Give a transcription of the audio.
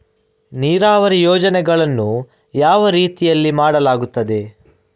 ನೀರಾವರಿ ಯೋಜನೆಗಳನ್ನು ಯಾವ ರೀತಿಗಳಲ್ಲಿ ಮಾಡಲಾಗುತ್ತದೆ?